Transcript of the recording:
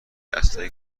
اسلحه